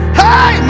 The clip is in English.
hey